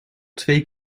twee